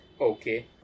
Okay